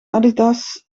adidas